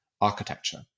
architecture